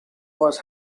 was